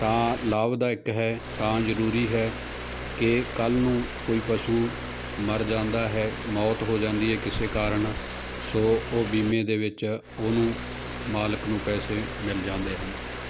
ਤਾਂ ਲਾਭਦਾਇਕ ਹੈ ਤਾਂ ਜ਼ਰੂਰੀ ਹੈ ਕਿ ਕੱਲ ਨੂੰ ਕੋਈ ਪਸ਼ੂ ਮਰ ਜਾਂਦਾ ਹੈ ਮੌਤ ਹੋ ਜਾਂਦੀ ਹੈ ਕਿਸੇ ਕਾਰਨ ਸੋ ਉਹ ਬੀਮੇ ਦੇ ਵਿੱਚ ਉਹਨੂੰ ਮਾਲਕ ਨੂੰ ਪੈਸੇ ਮਿਲ ਜਾਂਦੇ ਹਨ